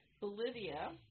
Bolivia